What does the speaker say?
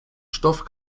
stoff